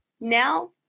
Now